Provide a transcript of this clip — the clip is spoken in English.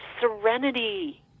serenity